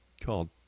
called